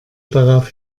darauf